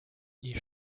les